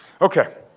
Okay